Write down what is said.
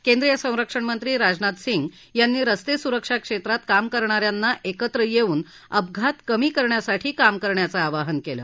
केंद्रीय संरक्षणमंत्री राजनाथ सिंग यांनी रस्ते सुरक्षा क्षेत्रात काम करणा यांना एकत्र येऊन अपघात कमी करण्यासाठी काम करण्याचं आवाहन केलं